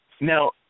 Now